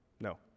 No